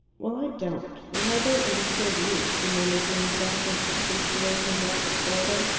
well, i don't. and i don't understand you, he murmured to himself, as he paced away from her up the corridor.